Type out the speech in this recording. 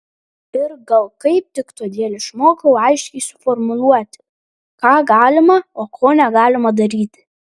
ir gal kaip tik todėl išmokau aiškiai suformuluoti ką galima o ko negalima daryti